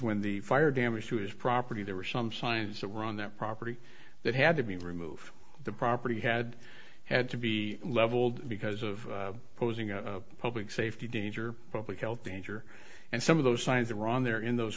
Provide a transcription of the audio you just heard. when the fire damage to his property there were some signs around that property that had to be removed the property had had to be leveled because of posing a public safety danger public health danger and some of those signs iran there in those